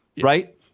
right